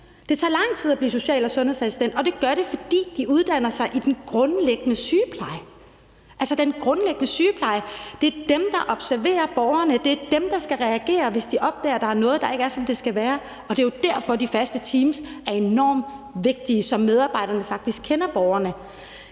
Det tager lang tid at blive social- og sundhedsassistent, og det gør det, fordi de uddanner sig i den grundlæggende sygepleje. Altså, de uddanner sig i den grundlæggende sygepleje. Det er dem, der observerer borgerne, og det er dem, der skal reagere, hvis de opdager, at der er noget, der ikke er, som det skal være. Og det er jo derfor, de faste teams er enormt vigtige, så medarbejderne faktisk kender borgerne.